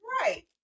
Right